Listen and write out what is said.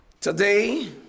Today